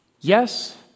Yes